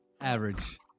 Average